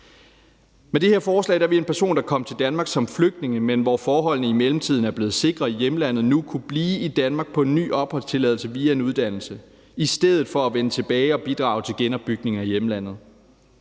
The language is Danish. Med det her forslag vil en person, der kom til Danmark som flygtning, men hvor forholdene i mellemtiden er blevet sikre i hjemlandet, nu kunne blive i Danmark på en ny opholdstilladelse via en uddannelse i stedet for at vende tilbage og bidrage til genopbygningen af hjemlandet.